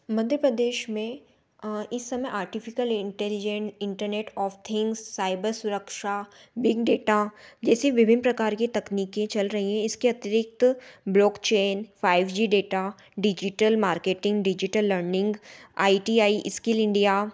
मध्य प्रदेश में इस समय artificial intelligent internet of things cyber सुरक्षा बिग डेटा जैसे विभिन्न प्रकार के तकनीकें चल रही है इसके अतरिक्त blockchain five G data digital marketing digital learning I T I skill India